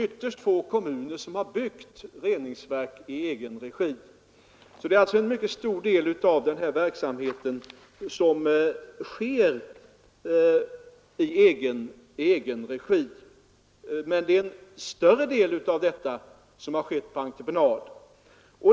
Ytterst få kommuner har byggt reningsverk i egen regi. En mycket stor del av denna verksamhet bedrivs alltså i egen regi, men det är en större del därav som har utförts på entreprenad.